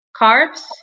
carbs